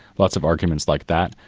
lots of arguments like that,